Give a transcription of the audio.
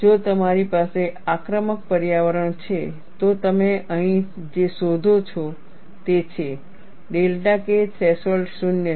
જો તમારી પાસે આક્રમક પર્યાવરણ છે તો તમે અહીં જે શોધો છો તે છે ડેલ્ટા K થ્રેશોલ્ડ 0 છે